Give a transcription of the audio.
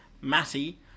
Matty